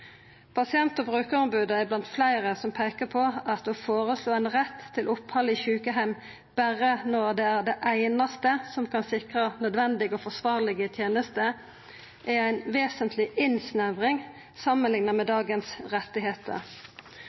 Pasient- og brukarombodet er blant fleire som peikar på at å foreslå ein rett til opphald i sjukeheim berre når dette er det einaste som kan sikra nødvendige og forsvarlege tenester, er ei vesentleg innskrenking samanlikna med